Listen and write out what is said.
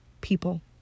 people